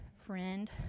friend